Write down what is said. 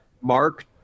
Mark